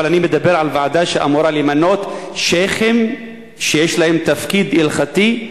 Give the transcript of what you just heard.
אבל אני מדבר על ועדה שאמורה למנות שיח'ים שיש להם תפקיד הלכתי,